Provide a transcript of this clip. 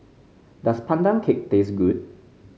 does Pandan Cake taste good